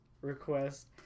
request